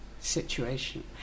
situation